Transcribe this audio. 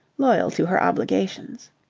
loyal to her obligations.